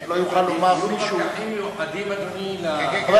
אלא אם כן תראה לי בתקנון מדוע אני חייב